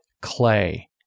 clay